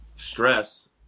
Stress